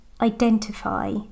identify